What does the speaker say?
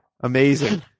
Amazing